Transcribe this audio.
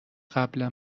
قبلا